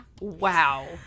Wow